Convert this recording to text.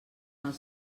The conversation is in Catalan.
els